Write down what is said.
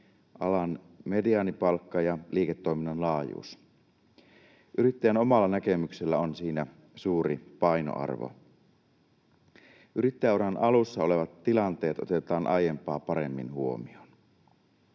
alan mediaanipalkka ja liiketoiminnan laajuus. Yrittäjän omalla näkemyksellä on siinä suuri painoarvo. Yrittäjäuran alussa olevat tilanteet otetaan aiempaa paremmin huomioon.